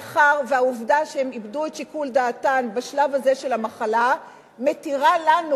העובדה שהן איבדו את שיקול דעתן בשלב הזה של המחלה מתירה לנו,